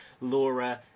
Laura